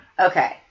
Okay